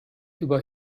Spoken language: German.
über